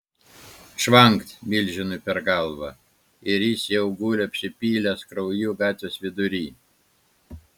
čvankt milžinui per galvą ir jis jau guli apsipylęs krauju gatvės vidury